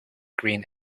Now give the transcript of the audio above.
green